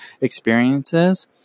experiences